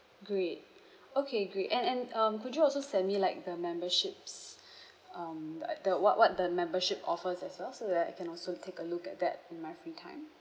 great okay great and and um could you also send me like the membership's um the the what what the membership offers as well so that I can also take a look at that in my free time